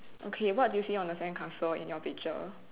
okay what do you see on the sandcastle in your picture